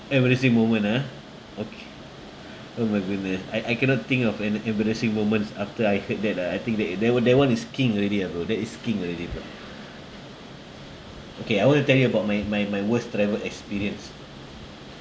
embarrassing moment ah okay oh my goodness I I cannot think of an embarrassing moments after I heard that lah I think that it that one that one is king is already ah bro that is king already bro okay I will tell you about my my my worst travel experience